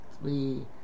three